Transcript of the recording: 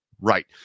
Right